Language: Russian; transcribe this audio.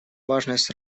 важность